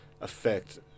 affect